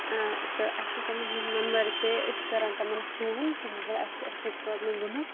تہٕ اَسہِ چھُ تمَن ہُنٛد نمبر تہِ أسۍ چھِ کَران تمَن فون کہِ مطلب اَسہِ چھِ اِتھ پٲٹھۍ پرٛابلِم گٔمٕژ